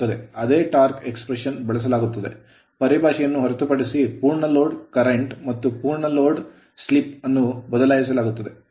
ಅದೇ torque torque expression ಅಭಿವ್ಯಕ್ತಿಯನ್ನು ಬಳಸಲಾಗುತ್ತದೆ ಪರಿಭಾಷೆಯನ್ನು ಹೊರತುಪಡಿಸಿ ಪೂರ್ಣ load ಲೋಡ್ current ಕರೆಂಟ್ ಮತ್ತು ಪೂರ್ಣ load ಲೋಡ್ slip ಸ್ಲಿಪ್ ಅನ್ನು ಬದಲಾಯಿಸಲಾಗುತ್ತದೆ